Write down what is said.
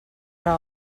era